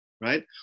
right